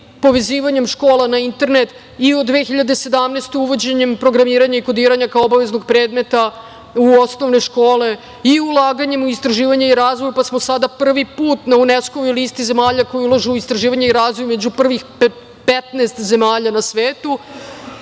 povezivanjem škola na internet i u 2017. godini uvođenjem programiranja i kodiranja kao obaveznog predmeta u osnovne škole i ulaganjem u istraživanje i razvoj, pa smo sada prvi put na UNESKO-voj listi zemalja koja ulažu u istraživanje i razvoj među prvih 15 zemalja na svetu